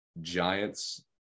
Giants